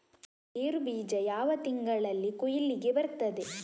ಗೇರು ಬೀಜ ಯಾವ ತಿಂಗಳಲ್ಲಿ ಕೊಯ್ಲಿಗೆ ಬರ್ತದೆ?